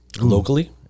Locally